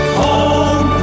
home